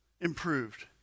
improved